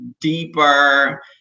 deeper